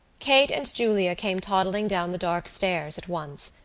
kate and julia came toddling down the dark stairs at once.